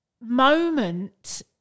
moment